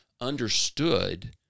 understood